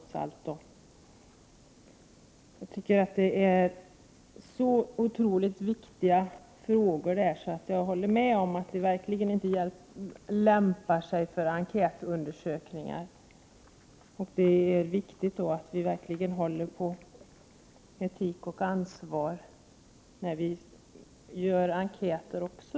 Det här är så otroligt viktiga frågor att jag håller med om att de verkligen inte lämpar sig för enkätundersökningar. Det är viktigt att vi håller på etik och ansvar även när vi gör enkäter.